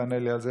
תענה לי על זה,